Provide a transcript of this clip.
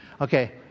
Okay